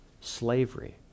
slavery